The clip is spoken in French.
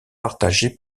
partagé